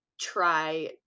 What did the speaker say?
try